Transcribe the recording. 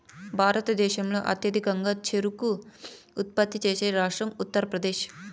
భారతదేశంలో అత్యధికంగా చెరకు ఉత్పత్తి చేసే రాష్ట్రం ఉత్తరప్రదేశ్